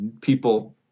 people